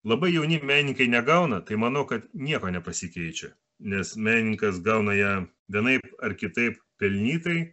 labai jauni menininkai negauna tai manau kad nieko nepasikeičia nes menininkas gauna ją vienaip ar kitaip pelnytai